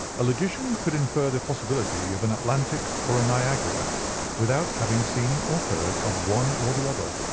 a logician could infer the possibility of an atlantic or a niagara without having seen or heard of one or the other.